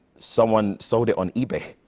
someone sold it on ebay.